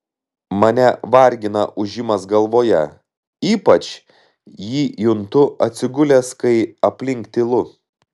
mane vargina ūžimas galvoje ypač jį juntu atsigulęs kai aplink tylu